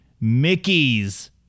Mickey's